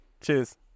cheers